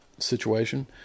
situation